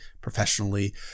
professionally